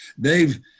Dave